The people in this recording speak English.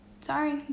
Sorry